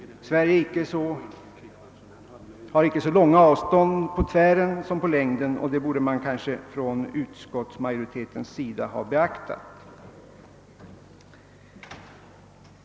Sverige har inte så långa avstånd på tvären som på längden, och det borde utskottsmajoriteten ha beaktat.